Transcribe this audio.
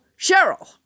Cheryl